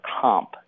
comp